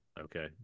Okay